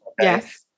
Yes